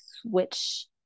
switch